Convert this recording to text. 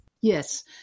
Yes